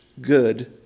good